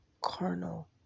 carnal